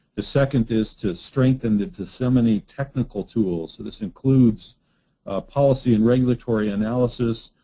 the second is to strengthen the disseminating technical tools. this includes policy and regulatory analysis,